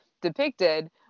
depicted